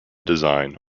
design